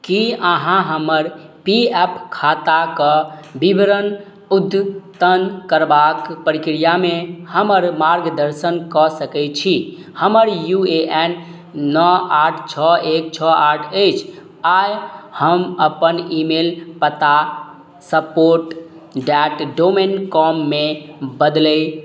कि अहाँ हमर पी एफ खाताके विवरण अद्यतन करबाक प्रक्रियामे हमर मार्गदर्शन कऽ सकै छी हमर यू ए एन नओ आठ छओ एक छओ आठ अछि आइ हम अपन ईमेल पता सपोर्ट डैट डोमेन कॉममे बदलै